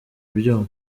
ibyuma